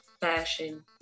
fashion